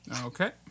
Okay